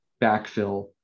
backfill